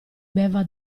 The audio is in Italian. beva